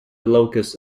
locus